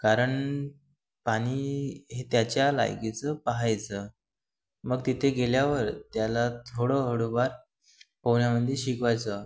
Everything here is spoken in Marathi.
कारण पाणी हे त्याच्या लायकीचं पाहायचं मग तिथे गेल्यावर त्याला थोडं हळूवार पोहण्यामध्ये शिकवायचं